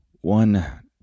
One